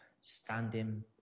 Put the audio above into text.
standing